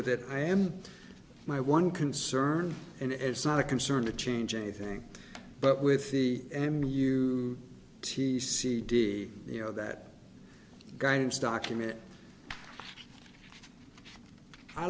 with it i am my one concern and it's not a concern to change anything but with the m u t c d you know that guidance document i